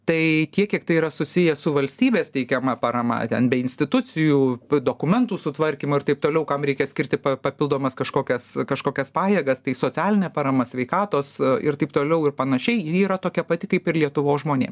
tai tiek kiek tai yra susiję su valstybės teikiama parama ten be institucijų dokumentų sutvarkymų ir taip toliau kam reikia skirti papildomas kažkokias kažkokias pajėgas tai socialinė parama sveikatos ir taip toliau ir panašiai ji yra tokia pati kaip ir lietuvos žmonėm